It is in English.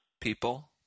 People